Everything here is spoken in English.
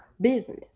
business